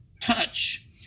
touch